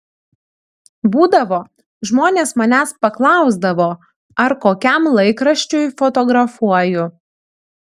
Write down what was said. būdavo žmonės manęs paklausdavo ar kokiam laikraščiui fotografuoju